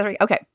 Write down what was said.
okay